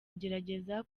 kugerageza